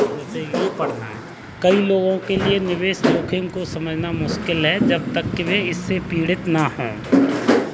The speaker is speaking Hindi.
कई लोगों के लिए निवेश जोखिम को समझना मुश्किल है जब तक कि वे इससे पीड़ित न हों